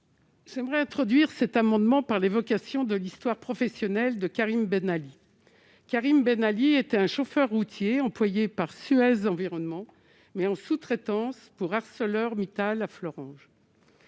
J'aimerais introduire cet amendement par l'évocation de l'histoire professionnelle de Karim Ben Ali Karim Ben Ali est un chauffeur routier employé par Suez Environnement mais en sous-traitance pour ArcelorMittal à Florange,